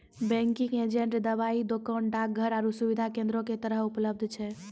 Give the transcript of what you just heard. banking agent दबाइ दोकान, डाकघर आरु सुविधा केन्द्रो के तरह उपलब्ध छै